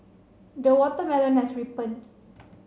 the watermelon has ripened